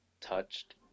Touched